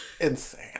Insane